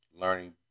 learning